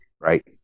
Right